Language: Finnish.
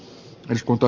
jos kunta